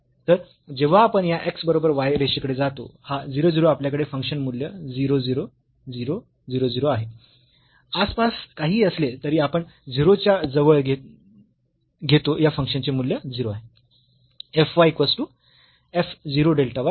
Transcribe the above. तर जेव्हा आपण या x बरोबर y रेषेकडे जातो हा 0 0 आपल्याकडे फंक्शन मूल्य 0 0 0 0 0 आहे आसपास काहीही असले तरी आपण 0 च्या जवळ घेतो या फंक्शनचे मूल्य 0 आहे